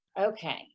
Okay